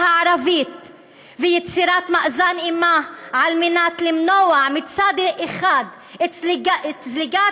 הערבית ויצירת מאזן אימה על מנת למנוע מצד אחד את זליגת